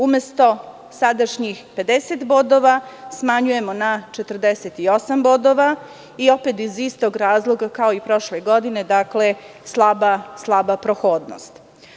Umesto sadašnjih 50 bodova smanjujemo na 48 bodova i opet iz istog razloga kao i prošle godine, slaba prohodnost.